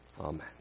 Amen